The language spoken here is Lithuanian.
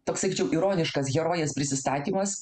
toks sakyčiau ironiškas herojės prisistatymas